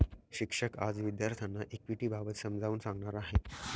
शिक्षक आज विद्यार्थ्यांना इक्विटिबाबत समजावून सांगणार आहेत